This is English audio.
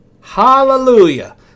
Hallelujah